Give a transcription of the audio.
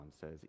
says